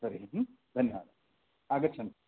तर्हि धन्यवादः आगच्छन्